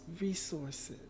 resources